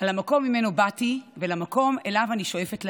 על המקום שממנו באתי והמקום שאליו אני שואפת ללכת.